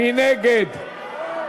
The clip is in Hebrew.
מי נגד?